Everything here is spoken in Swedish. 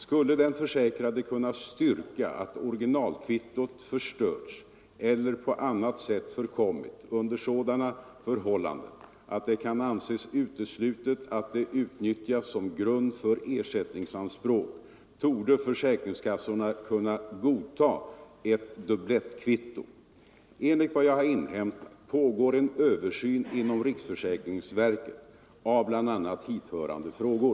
Skulle den försäkrade kunna styrka att originalkvittot förstörts eller på annat sätt förkommit under sådana förhållanden att det kan anses uteslutet att det utnyttjas som grund för ersättningsanspråk, torde försäkringskassorna kunna godta ett dubblettkvitto. Enligt vad jag inhämtat pågår en översyn inom riksförsäkringsverket av bl.a. hithörande regler.